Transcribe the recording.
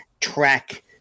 track